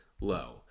low